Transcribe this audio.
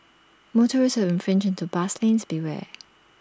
motorists who infringe into bus lanes beware